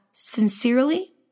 sincerely